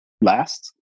last